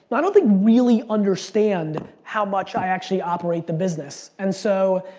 but i don't think really understand how much i actually operate the business. and so,